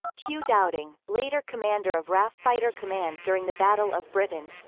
hugh dowding later commander of raf fighter command during the battle of britain